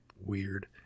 Weird